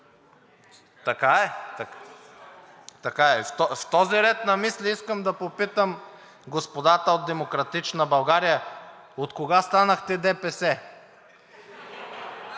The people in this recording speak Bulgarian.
Така е. И в този ред на мисли искам да попитам господата от „Демократична България“, откога станахте ДПС?